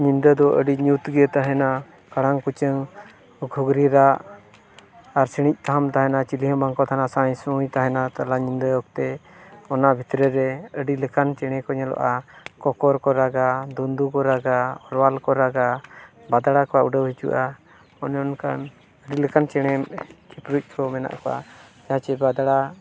ᱧᱤᱫᱟᱹ ᱫᱚ ᱟᱹᱰᱤ ᱧᱩᱛᱜᱮ ᱛᱟᱦᱮᱱᱟ ᱠᱟᱲᱟᱝ ᱠᱩᱪᱟᱹᱝ ᱟᱨ ᱥᱤᱲᱤᱡ ᱛᱷᱟᱢ ᱛᱟᱦᱮᱱᱟ ᱪᱤᱞᱤᱦᱚᱸ ᱵᱟᱝ ᱠᱚ ᱛᱟᱦᱮᱱᱟ ᱥᱟᱭ ᱥᱩᱭ ᱛᱟᱦᱮᱱᱟ ᱛᱟᱞᱟ ᱧᱤᱫᱟᱹ ᱚᱠᱛᱮ ᱚᱱᱟ ᱵᱷᱤᱛᱨᱤ ᱨᱮ ᱟᱹᱰᱤ ᱞᱮᱠᱟᱱ ᱪᱮᱬᱮ ᱠᱚ ᱧᱮᱞᱚᱜᱼᱟ ᱠᱚᱠᱚᱨ ᱠᱚ ᱨᱟᱜᱟ ᱫᱷᱩᱸᱫᱩ ᱠᱚ ᱨᱟᱜᱟ ᱚᱨᱣᱟᱞ ᱠᱚ ᱨᱟᱜᱟ ᱵᱟᱫᱲᱟ ᱠᱚ ᱩᱰᱟᱹᱣ ᱦᱤᱡᱩᱜᱼᱟ ᱚᱱᱮ ᱚᱱᱠᱟᱱ ᱟᱹᱰᱤ ᱞᱮᱠᱟᱱ ᱪᱮᱬᱮ ᱪᱤᱯᱨᱩᱫ ᱠᱚ ᱢᱮᱱᱟᱜ ᱠᱚᱣᱟ ᱪᱮᱫᱟᱜ ᱪᱮ ᱵᱟᱫᱲᱟ